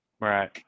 right